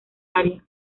área